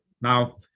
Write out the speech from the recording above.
now